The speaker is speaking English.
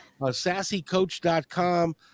sassycoach.com